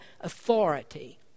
authority